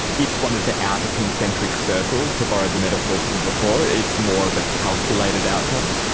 it's one of the outer concentric circles, to borrow the metaphor from before, it's more of a calculated outcome?